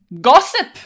Gossip